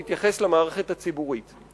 מתייחס למערכת הציבורית,